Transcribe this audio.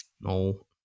No